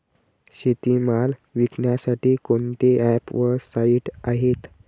शेतीमाल विकण्यासाठी कोणते ॲप व साईट आहेत?